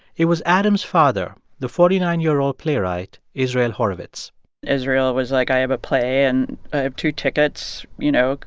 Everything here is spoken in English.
it was adam's father, the forty nine year old playwright israel horovitz israel was like, i have a play, and i have two tickets you know,